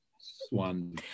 swan